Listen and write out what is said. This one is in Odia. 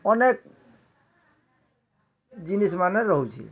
ଅନେକ୍ ଜିନିଷ୍ ମାନେ ରହୁଛି